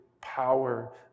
power